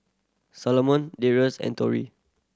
Salomon Darius and Tori